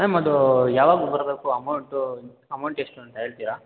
ma'am ಅದು ಯಾವಾಗ ಬರಬೇಕು ಅಮೌಂಟು ಅಮೌಂಟ್ ಎಷ್ಟು ಅಂತ ಹೇಳ್ತಿರಾ